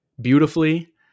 beautifully